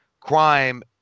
crime